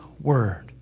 Word